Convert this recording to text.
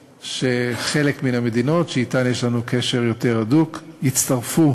הצטרפות של חלק מן המדינות שאתן יש לנו קשר יותר הדוק למכתב.